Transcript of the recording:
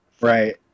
Right